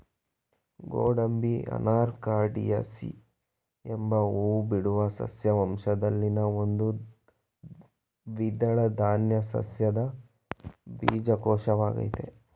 ಗೋಡಂಬಿ ಅನಾಕಾರ್ಡಿಯೇಸಿ ಎಂಬ ಹೂಬಿಡುವ ಸಸ್ಯ ವಂಶದಲ್ಲಿನ ಒಂದು ದ್ವಿದಳ ಧಾನ್ಯ ಸಸ್ಯದ ಬೀಜಕೋಶವಾಗಯ್ತೆ